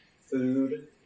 Food